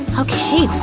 okay,